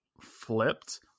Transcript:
flipped